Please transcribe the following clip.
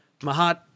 Mahat